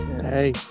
Hey